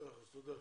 תודה.